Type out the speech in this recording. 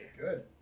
Good